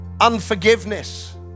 unforgiveness